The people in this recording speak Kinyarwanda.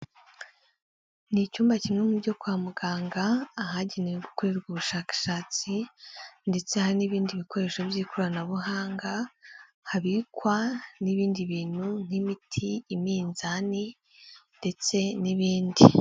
Ni icyumba kimwe mu byo kwa muganga, ahagenewe gukorerwa ubushakashatsi ndetse hari n'ibindi bikoresho by'ikoranabuhanga habikwa n'ibindi bintu nk'imiti, iminzani ndetse n'ibindi.